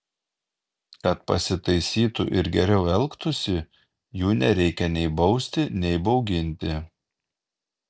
kad pasitaisytų ir geriau elgtųsi jų nereikia nei bausti nei bauginti